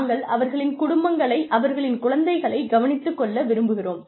நாங்கள் அவர்களின் குடும்பங்களை அவர்களின் குழந்தைகளை கவனித்துக் கொள்ள விரும்புகிறோம்